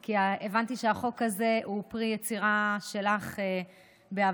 כי הבנתי שהחוק הזה הוא פרי יצירה שלך בעבר,